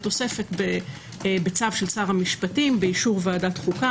בתוספת בצו של שר המשפטים באישור ועדת חוקה